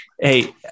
hey